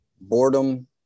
boredom